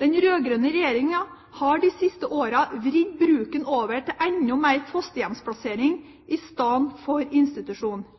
Den rød-grønne regjeringen har de siste årene vridd bruken over til enda mer